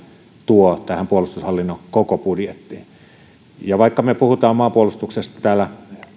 tuo puolustushallinnon koko budjettiin vaikka me puhumme maanpuolustuksesta täällä